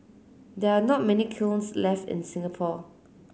there are not many kilns left in Singapore